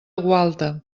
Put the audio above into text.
gualta